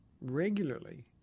regularly